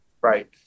right